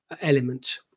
element